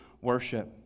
worship